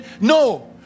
No